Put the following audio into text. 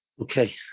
Okay